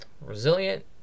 Resilient